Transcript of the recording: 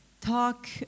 talk